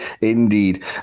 indeed